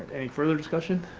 any further discussion?